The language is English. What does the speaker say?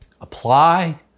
apply